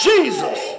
Jesus